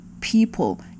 people